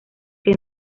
que